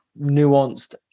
nuanced